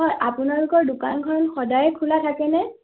হয় আপোনালোকৰ দোকানখন সদায় খোলা থাকেনে